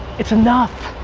it's enough.